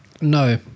no